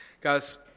Guys